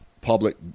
public